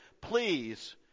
Please